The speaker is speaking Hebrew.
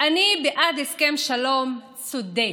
אני בעד הסכם שלום צודק,